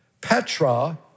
Petra